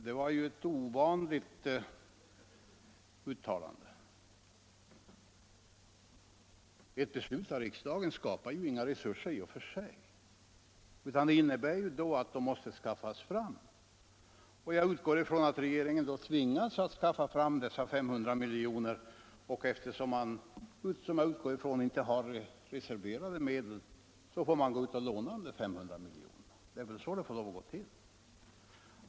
Det var ett ovanligt uttalande. Ett sådant beslut av riksdagen skapar ju inga resurser i och för sig, utan det innebär att pengarna måste skaffas fram. Jag utgår från att regeringen då tvingas att skaffa fram dessa 500 miljoner, och eftersom man, såvitt jag vet, inte har reserverade medel får man gå ut och låna pengar. Det är väl så det får gå till.